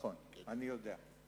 אני יודע,